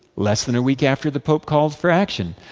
less than a week after the pope called for action.